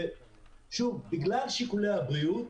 שוב, בגלל שיקולי הבריאות